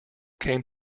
came